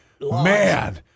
man